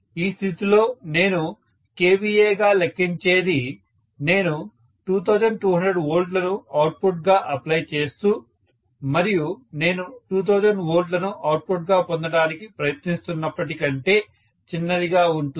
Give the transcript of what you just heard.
ఈ స్థితిలో నేను kVA గా లెక్కించేది నేను 2200 వోల్ట్లను ఇన్పుట్గా అప్లై చేస్తూ మరియు నేను 2000 వోల్ట్లను అవుట్పుట్గా పొందటానికి ప్రయత్నిస్తున్నప్పటికంటే భిన్నంగా ఉంటుంది